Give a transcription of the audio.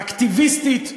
אקטיביסטית,